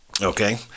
Okay